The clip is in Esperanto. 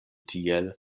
tiel